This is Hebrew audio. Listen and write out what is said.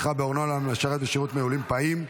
הנחה בארנונה למשרת בשירות מילואים פעיל)